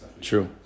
True